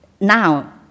now